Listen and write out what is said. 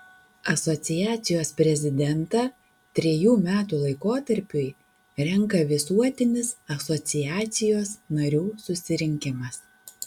asociacijos prezidentą trejų metų laikotarpiui renka visuotinis asociacijos narių susirinkimas